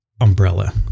umbrella